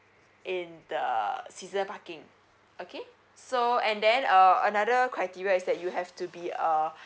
in the season parking okay so and then uh another criteria is that you have to be a